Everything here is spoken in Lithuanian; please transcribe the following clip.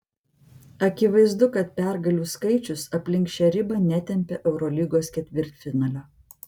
akivaizdu kad pergalių skaičius aplink šią ribą netempia eurolygos ketvirtfinalio